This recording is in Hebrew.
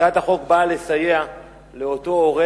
הצעת החוק באה לסייע לאותו הורה